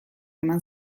eman